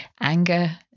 anger